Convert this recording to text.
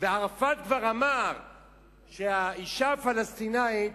ערפאת כבר אמר שהאשה הפלסטינית